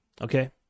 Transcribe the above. Okay